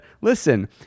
listen